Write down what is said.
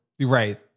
Right